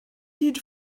hyd